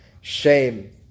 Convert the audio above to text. Shame